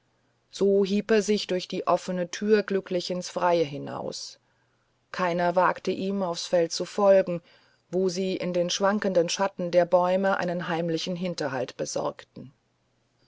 so hieb er sich durch die offene tür glücklich ins freie hinaus keiner wagte ihm aufs feld zu folgen wo sie in den schwankenden schatten der bäume einen heimlichen hinterhalt besorgten